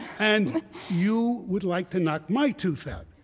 and you would like to knock my tooth out.